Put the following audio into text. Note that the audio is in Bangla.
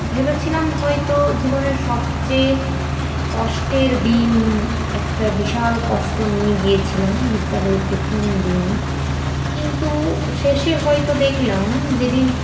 ভেবেছিলাম হয়তো জীবনের সবচেয়ে কষ্টের দিন একটা বিশাল কষ্ট নিয়ে গিয়েছিলাম বিদ্যালয়ের প্রথম দিন কিন্তু শেষে হয়তো দেখলাম যেদিন